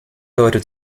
leute